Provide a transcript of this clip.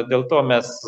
dėl to mes